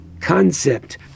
concept